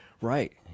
Right